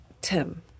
Tim